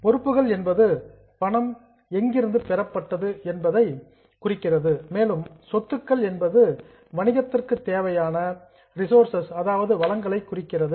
பொறுப்புகள் என்பது பணம் சோர்ஸ்டு எங்கிருந்து பெறப்பட்டது என்பதை குறிக்கிறது மேலும் சொத்துக்கள் என்பது பிஸ்னஸ் வணிகத்திற்க்கு தேவையான ரிசோர்சஸ் வளங்களை குறிக்கிறது